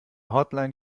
hotline